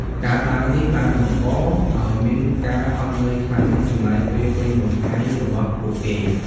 ការដើរនេះបានបង្កឱ្យមានការហត់នឿយខ្លាំង និងចំណាយពេលពេញមួយថ្ងៃរបស់ពួកគេ។